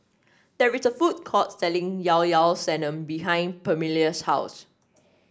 there is a food court selling Llao Llao Sanum behind Permelia's house